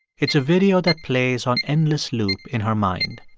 it's a video that plays on endless loop in her mind.